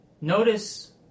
notice